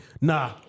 Nah